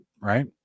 right